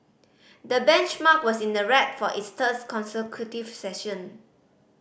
the benchmark was in the red for its thirds consecutive session